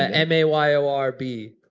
ah m a y o r b.